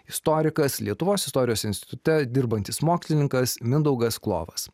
istorikas lietuvos istorijos institute dirbantis mokslininkas mindaugas klovas